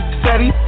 steady